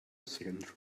second